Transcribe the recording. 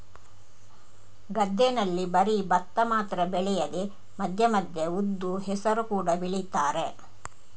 ಗದ್ದೆನಲ್ಲಿ ಬರೀ ಭತ್ತ ಮಾತ್ರ ಬೆಳೆಯದೆ ಮಧ್ಯ ಮಧ್ಯ ಉದ್ದು, ಹೆಸರು ಕೂಡಾ ಬೆಳೀತಾರೆ